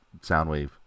Soundwave